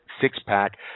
six-pack